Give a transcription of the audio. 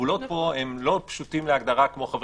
הגבולות פה הם לא פשוטים להגדרה כמו חבר